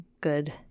Good